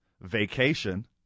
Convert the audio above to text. vacation